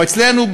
או אצלנו,